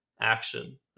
action